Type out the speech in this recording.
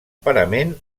parament